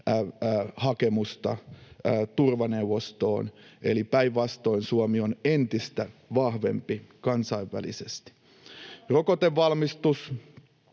hakemustamme turvaneuvostoon, eli päinvastoin Suomi on entistä vahvempi kansainvälisesti. Rokotevalmistus: